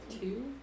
two